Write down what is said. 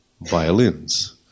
violins